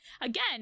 Again